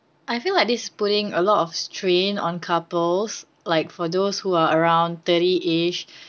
I feel like this putting a lot of strain on couples like for those who are around thirty-ish